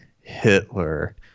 hitler